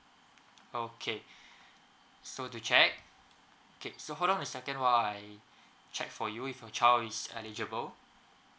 okay so to check K so hold on a second while I check for you if your child is eligible